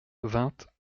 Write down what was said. vingt